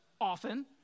often